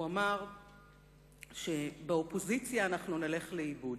הוא אמר שבאופוזיציה אנחנו נלך לאיבוד.